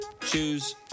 Choose